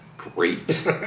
Great